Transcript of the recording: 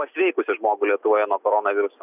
pasveikusį žmogų lietuvoje nuo koronaviruso